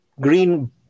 green